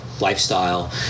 lifestyle